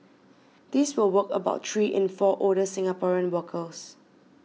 this will work about three in four older Singaporean workers